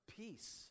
peace